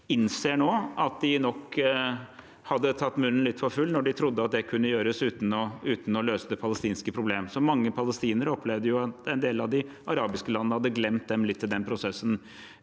innser nå at de nok hadde tatt munnen litt for full når de trodde at det kunne gjøres uten å løse det palestinske problem. Mange palestinere opplevde jo at en del av de arabiske landene hadde glemt dem litt i den prosessen.